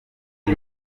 iyi